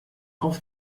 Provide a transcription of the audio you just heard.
auf